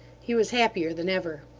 he was happier than ever.